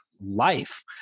life